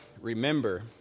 remember